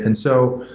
and so,